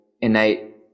innate